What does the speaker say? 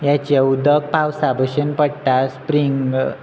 हाचें उदक पावसा भशेन पडटा स्प्रिंग